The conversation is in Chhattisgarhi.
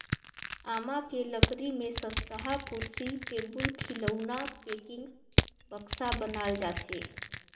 आमा के लकरी में सस्तहा कुरसी, टेबुल, खिलउना, पेकिंग, बक्सा बनाल जाथे